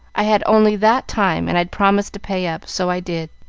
i had only that time, and i'd promised to pay up, so i did.